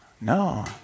No